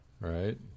Right